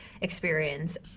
experience